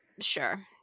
Sure